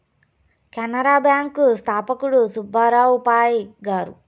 Canara bank స్థాపకుడు సుబ్బారావు పాయ్ గారు